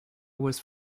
was